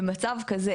במצב כזה,